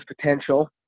potential